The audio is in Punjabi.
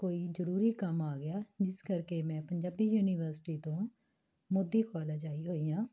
ਕੋਈ ਜ਼ਰੂਰੀ ਕੰਮ ਆ ਗਿਆ ਜਿਸ ਕਰਕੇ ਮੈਂ ਪੰਜਾਬੀ ਯੂਨੀਵਰਸਿਟੀ ਤੋਂ ਮੋਦੀ ਕੋਲਜ ਆਈ ਹੋਈ ਹਾਂ